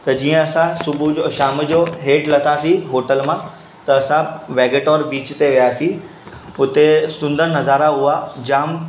त जीअं असां सुबुह जो शाम जो हेठि लथासीं होटल मां त असां वॅगेटॉर बिच ते वियासीं हुते सुंदर नज़ारा हुआ जामु